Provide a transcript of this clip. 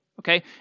okay